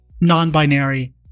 non-binary